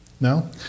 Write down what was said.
No